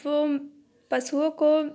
वो पशुओं को